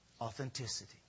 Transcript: Authenticity